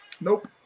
Nope